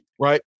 Right